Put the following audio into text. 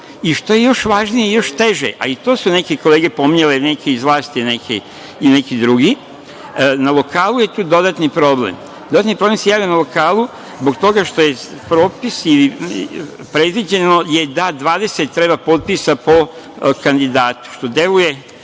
što je još važnije i teže, i to su neke kolege pominjale, neki iz vlasti i neki drugi, na lokalu je tu dodatni problem. Dodatni problem se javlja na lokalu zbog toga što je predviđeno da treba 30 potpisa po kandidatu za